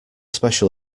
special